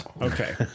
Okay